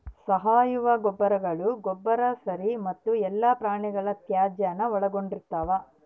ಸಾವಯವ ಗೊಬ್ಬರಗಳು ಗೊಬ್ಬರ ಸ್ಲರಿ ಮತ್ತು ಎಲ್ಲಾ ಪ್ರಾಣಿಗಳ ತ್ಯಾಜ್ಯಾನ ಒಳಗೊಂಡಿರ್ತವ